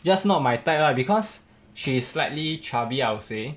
just not my type lah because she is slightly chubby I would say